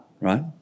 right